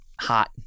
hot